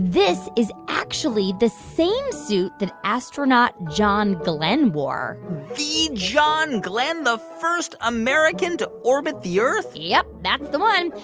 this is actually the same suit that astronaut john glenn wore the john glenn? the first american to orbit the earth? yep. that's the one.